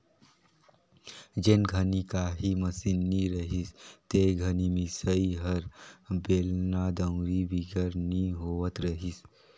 जेन घनी काही मसीन नी रहिस ते घनी मिसई हर बेलना, दउंरी बिगर नी होवत रहिस